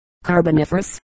Carboniferous